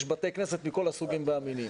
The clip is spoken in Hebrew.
יש בתי כנסת מכל הסוגים והמינים,